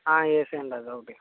వేసేయ్యండి అదొకటి